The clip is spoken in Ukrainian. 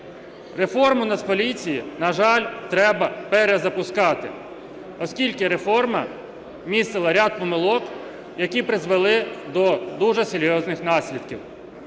Реформу Нацполіції, на жаль, треба перезапускати, оскільки реформа містила ряд помилок, які призвели до дуже серйозних наслідків.